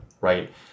right